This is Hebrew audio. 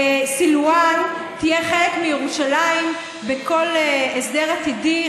סילוואן תהיה חלק מירושלים בכל הסדר עתידי,